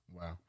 wow